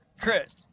crit